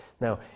Now